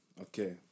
okay